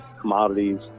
commodities